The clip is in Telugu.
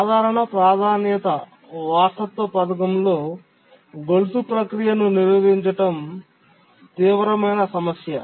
సాధారణ ప్రాధాన్యత వారసత్వ పథకంలో గొలుసు ప్రక్రియను నిరోధించడం తీవ్రమైన సమస్య